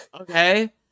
Okay